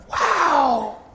Wow